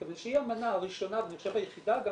מכיוון שהיא האמנה הראשונה ואני חושב שהיחידה גם